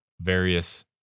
various